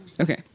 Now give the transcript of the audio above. Okay